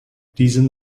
diesem